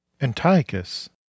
Antiochus